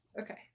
Okay